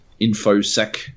infosec